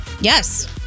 Yes